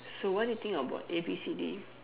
so what do you think about A B C D